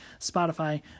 Spotify